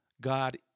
God